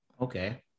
okay